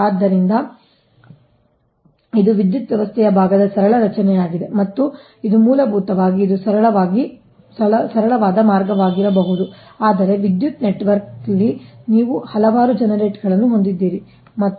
ಆದ್ದರಿಂದ ಇದು ವಿದ್ಯುತ್ ವ್ಯವಸ್ಥೆಯ ಭಾಗದ ಸರಳ ರಚನೆಯಾಗಿದೆ ಮತ್ತು ಇದು ಮೂಲಭೂತವಾಗಿ ಇದು ಸರಳವಾದ ಮಾರ್ಗವಾಗಿರಬಹುದು ಆದರೆ ವಿದ್ಯುತ್ ನೆಟ್ವರ್ಕ್ನಲ್ಲಿ ನೀವು ಹಲವಾರು ಜನರೇಟರ್ಗಳನ್ನು ಹೊಂದಿದ್ದೀರಿ ಮತ್ತು